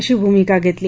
अशी भुमिका घेतली